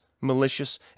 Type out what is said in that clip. malicious